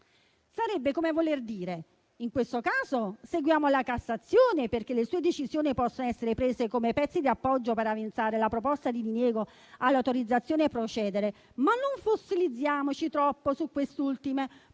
Sarebbe come voler dire: in questo caso seguiamo la Cassazione, perché le sue decisioni possono essere prese come pezze di appoggio per avanzare la proposta di diniego all'autorizzazione a procedere; ma non fossilizziamoci troppo su queste ultime, poiché